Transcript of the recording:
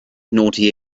naughty